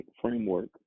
framework